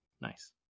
Nice